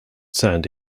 sand